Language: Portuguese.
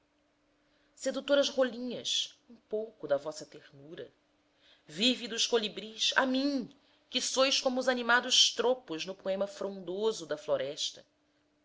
sedutoras rolinhas um pouco da vossa ternura vividos colibris a mim que sois como os animados tropos no poema frondoso da floresta